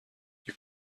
you